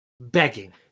Begging